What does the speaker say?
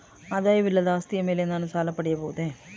ಆದಾಯವಿಲ್ಲದ ಆಸ್ತಿಯ ಮೇಲೆ ನಾನು ಸಾಲ ಪಡೆಯಬಹುದೇ?